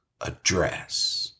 address